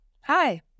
Hi